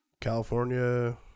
California